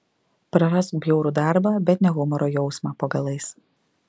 prarask bjaurų darbą bet ne humoro jausmą po galais